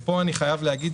פה אני חייב להגיד